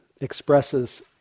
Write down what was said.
expresses